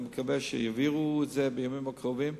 אני מקווה שהם יעבירו את זה בימים הקרובים,